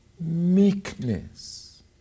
meekness